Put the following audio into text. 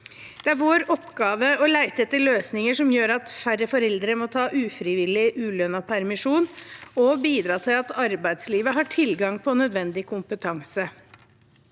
Det er vår oppgave å lete etter løsninger som gjør at færre foreldre må ta ufrivillig ulønnet permisjon, og at flere kan bidra til at arbeidslivet har tilgang på nødvendig kompetanse.